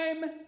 time